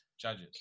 Judges